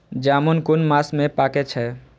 जामून कुन मास में पाके छै?